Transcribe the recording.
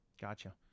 Gotcha